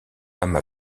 âme